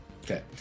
Okay